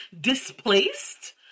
displaced